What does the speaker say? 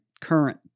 current